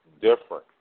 different